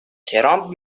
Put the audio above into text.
ترامپ